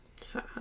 sad